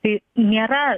tai nėra